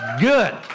Good